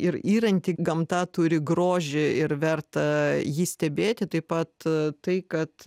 ir yranti gamta turi grožį ir verta jį stebėti taip pat tai kad